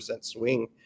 swing